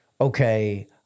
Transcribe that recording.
okay